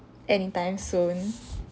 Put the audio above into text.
anytime soon